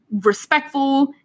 respectful